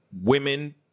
Women